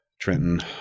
Trenton